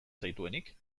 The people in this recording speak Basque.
zaituenik